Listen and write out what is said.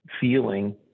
feeling